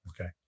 okay